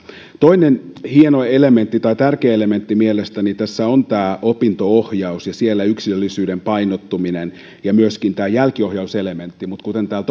toinen hieno tai tärkeä elementti mielestäni tässä on tämä opinto ohjaus ja siellä yksilöllisyyden painottuminen ja myöskin tämä jälkiohjauselementti mutta kuten täällä